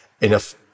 enough